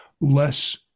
less